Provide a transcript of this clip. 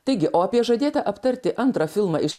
taigi o apie žadėtą aptarti antrą filmą iš